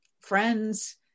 friends